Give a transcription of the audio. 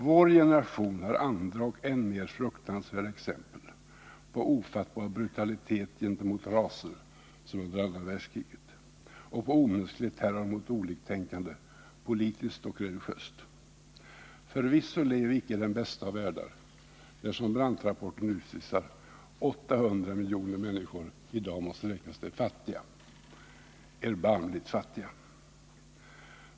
Vår generation har andra och ännu fruktansvärdare exempel på ofattbar brutalitet gentemot raser, som under andra världskriget, och på omänsklig terror mot politiskt och religiöst oliktänkande. Förvisso lever vi icke i den bästa av världar, när — som Brandtrapporten visar — 800 miljoner människor i dag måste räknas till de fattiga, till de erbarmligt fattiga.